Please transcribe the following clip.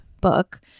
book